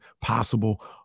possible